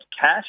Cash